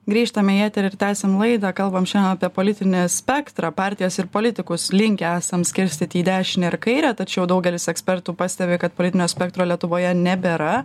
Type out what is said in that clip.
grįžtame į eterį ir tęsiam laidą kalbam šian apie politinį spektrą partijas ir politikus linkę esam skirstyti į dešinę ir kairę tačiau daugelis ekspertų pastebi kad politinio spektro lietuvoje nebėra